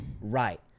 Right